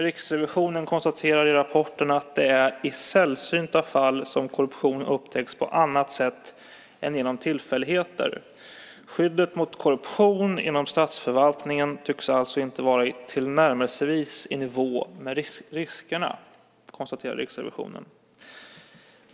Riksrevisionen konstaterar i rapporten att det är i sällsynta fall som korruption upptäcks på annat sätt än genom tillfälligheter. Skyddet mot korruption inom statsförvaltningen tycks alltså inte vara tillnärmelsevis i nivå med riskerna, konstaterar Riksrevisionen.